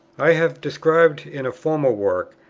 i have described in a former work,